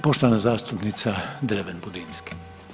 Poštovana zastupnica Dreven Budinski.